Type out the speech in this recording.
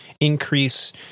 increase